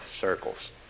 circles